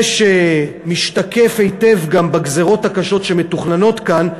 זה שמשתקף היטב גם בגזירות הקשות שמתוכננות כאן,